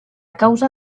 causa